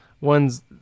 One's